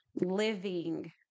living